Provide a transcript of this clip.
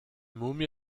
mumie